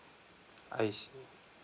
I see